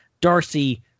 Darcy